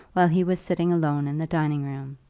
while he was sitting alone in the dining-room.